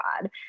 god